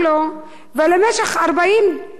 ולמשך 40 דקות,